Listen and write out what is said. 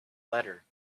letter